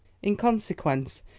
in consequence,